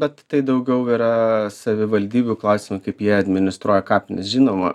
bet tai daugiau yra savivaldybių klausimai kaip jie administruoja kapines žinoma